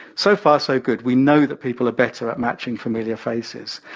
so far so good, we know that people are better at matching familiar faces.